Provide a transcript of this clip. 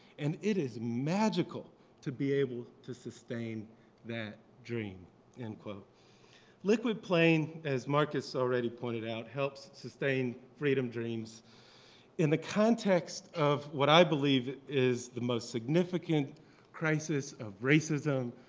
and it is magical to be able to sustain that dream end quote. the liquid plain, as marcus already pointed out, helps sustain freedom dreams in the context of what i believe is the most significant crisis of racism,